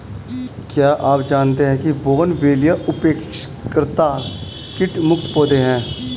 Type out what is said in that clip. क्या आप जानते है बोगनवेलिया अपेक्षाकृत कीट मुक्त पौधे हैं?